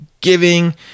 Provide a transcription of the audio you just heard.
giving